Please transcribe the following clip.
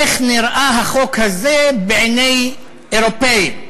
איך נראה החוק הזה בעיני האירופים,